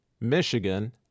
Michigan